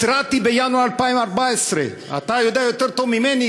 התרעתי בינואר 2014. אתה יודע יותר טוב ממני,